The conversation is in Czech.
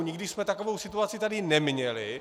Nikdy jsme takovou situaci tady neměli.